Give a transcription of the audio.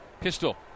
Pistol